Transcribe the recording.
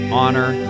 honor